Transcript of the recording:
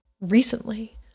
recently